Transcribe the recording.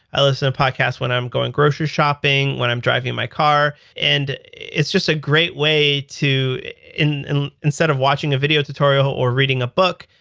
i listen to podcast when i'm going grocery shopping, when i'm driving my car. and it's just a great way to instead of watching a video tutorial or reading a book,